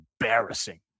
embarrassing